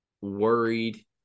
worried